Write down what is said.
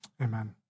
Amen